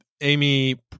Amy